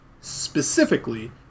specifically